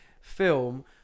film